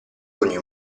ogni